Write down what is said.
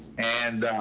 and,